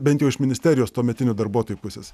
bent jau iš ministerijos tuometinių darbuotojų pusės